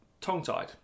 tongue-tied